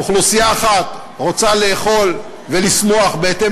אוכלוסייה אחת רוצה לאכול ולשמוח בהתאם